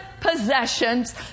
possessions